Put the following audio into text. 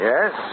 Yes